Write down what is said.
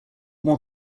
more